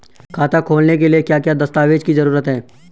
खाता खोलने के लिए क्या क्या दस्तावेज़ की जरूरत है?